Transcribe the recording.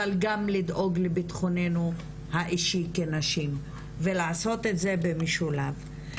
אבל גם לדאוג לביטחוננו האישי כנשים ולעשות את זה במשולב.